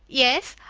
yes,